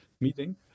meeting